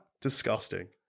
Disgusting